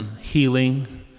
healing